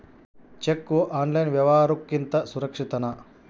Cheque online ವ್ಯವಹಾರುಕ್ಕಿಂತ ಸುರಕ್ಷಿತನಾ?